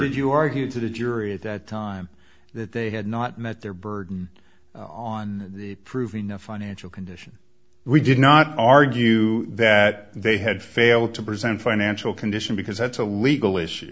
argue argue to the jury at that time that they had not met their burden on the proving a financial condition we did not argue that they had failed to present financial condition because that's a legal